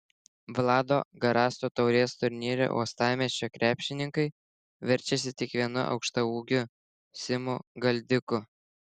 vlado garasto taurės turnyre uostamiesčio krepšininkai verčiasi tik vienu aukštaūgiu simu galdiku